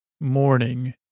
morning